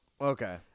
Okay